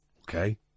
Okay